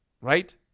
Right